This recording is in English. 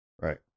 Right